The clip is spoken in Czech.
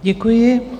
Děkuji.